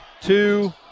two